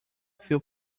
few